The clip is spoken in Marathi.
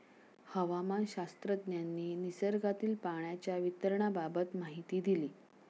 हवामानशास्त्रज्ञांनी निसर्गातील पाण्याच्या वितरणाबाबत माहिती दिली